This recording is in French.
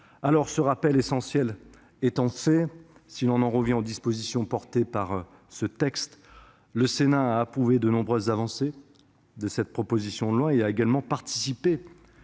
secours. Ce rappel essentiel étant fait, si l'on en revient aux dispositions du texte, le Sénat a approuvé de nombreuses avancées de cette proposition de loi et a également participé